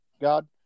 God